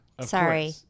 Sorry